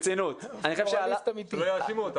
ספציפית ארגון בינה, הרי יש עוד הרבה ארגונים.